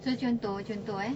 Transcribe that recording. so contoh contoh eh